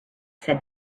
said